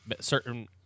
certain